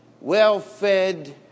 well-fed